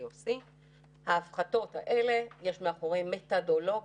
את אומרת אפשרות לקדם.